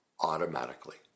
automatically